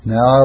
Now